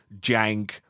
jank